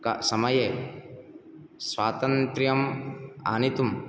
क समये स्वातन्त्र्यम् आनयितुं